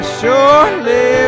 surely